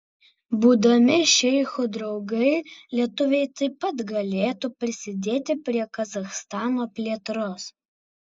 būdami šeichų draugai lietuviai taip pat galėtų prisidėti prie kazachstano plėtros